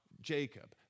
jacob